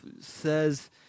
says